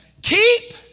Keep